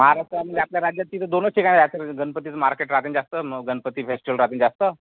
महाराष्ट्र आणि आपल्या राज्यात तिघं दोनच ठिकाणी राहते गणपतीचं मार्केट राहते ना जास्त म गणपती फेस्टिवल राहते ना जास्त